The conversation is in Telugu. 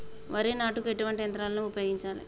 వరి నాటుకు ఎటువంటి యంత్రాలను ఉపయోగించాలే?